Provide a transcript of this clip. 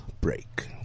break